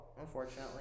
unfortunately